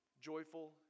joyful